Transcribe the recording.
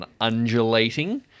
undulating